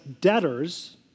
debtors